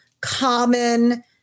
common